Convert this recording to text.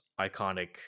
iconic